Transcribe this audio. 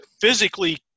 physically